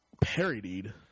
parodied